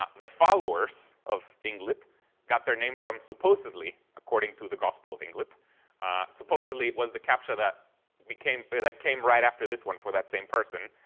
ah the followers of inglip got their name from, supposedly, according to the gospel of inglip supposedly it was the captcha that became that came right after this one for that same person.